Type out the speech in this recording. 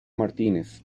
martinez